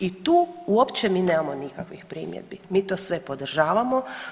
I tu uopće nemamo nikakvih primjedbi, mi to sve podržavamo.